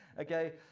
Okay